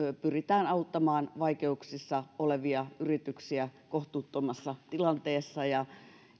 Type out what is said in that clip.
pyritään auttamaan vaikeuksissa olevia yrityksiä kohtuuttomassa tilanteessa ja